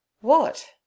What